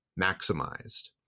maximized